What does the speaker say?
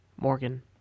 Morgan